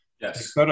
Yes